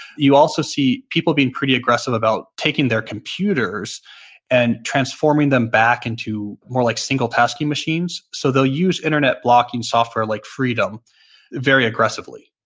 you'll also see people being pretty aggressive about taking their computers and transforming them back into more like single-tasking machines. so they'll use internet blocking software like freedom very aggressively.